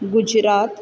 Gujarat